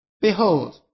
Behold